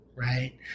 right